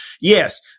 yes